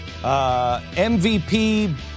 MVP